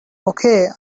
okay